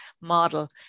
model